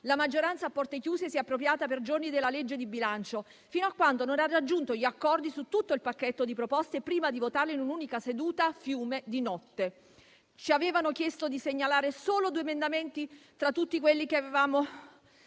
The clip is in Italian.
la maggioranza a porte chiuse si è appropriata per giorni della legge di bilancio, fino a quando non ha raggiunto gli accordi su tutto il pacchetto di proposte prima di votarle in un'unica seduta fiume, di notte. Ci avevano chiesto di segnalare solo due emendamenti tra tutti quelli che avevamo